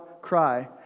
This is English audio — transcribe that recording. cry